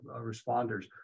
responders